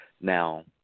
Now